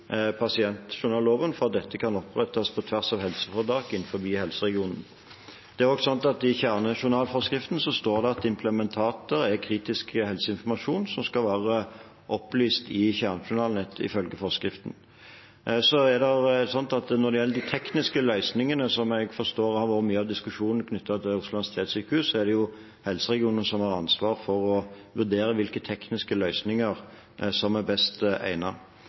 pasientjournalloven for at dette kan opprettes på tvers av helseforetakene innenfor helseregionen. I kjernejournalforskriften står det at implantater er kritisk helseinformasjon som skal være opplyst i kjernejournalen. Når det gjelder de tekniske løsningene, som jeg forstår har vært mye av diskusjonen knyttet til Oslo universitetssykehus, er det helseregionene som har ansvar for å vurdere hvilke tekniske løsninger som er best